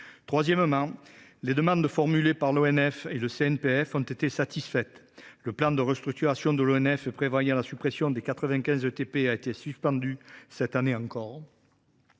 constate que les demandes formulées par l’ONF et le CNPF ont été satisfaites. Le plan de restructuration de l’ONF prévoyant la suppression de 95 ETP est suspendu cette année encore.